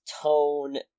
tone